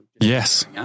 Yes